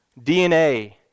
DNA